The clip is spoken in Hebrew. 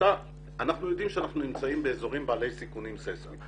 אנחנו יודעים שאנחנו נמצאים באזורים בעלי סיכונים ססמיים.